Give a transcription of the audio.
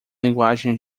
linguagem